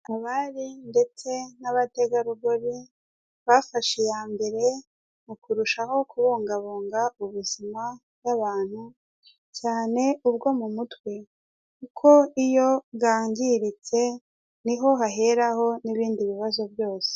Abari ndetse n'abategarugori bafashe iya mbere mu kurushaho kubungabunga ubuzima bw'abantu, cyane ubwo mu mutwe, kuko iyo bwangiritse ni ho haheraho n'ibindi bibazo byose.